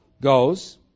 goes